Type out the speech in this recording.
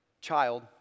child